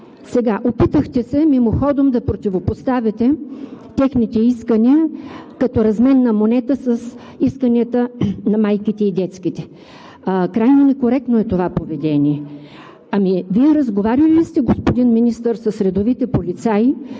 Сега се опитахте мимоходом да противопоставите техните искания като разменна монета с исканията на майките и детските. Крайно некоректно е това поведение. Ами Вие разговаряли ли сте, господин Министър, с редовите полицаи